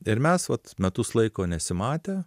ir mes vat metus laiko nesimatę